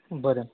बरें